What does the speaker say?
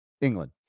england